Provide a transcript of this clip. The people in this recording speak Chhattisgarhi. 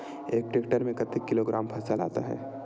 एक टेक्टर में कतेक किलोग्राम फसल आता है?